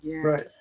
Right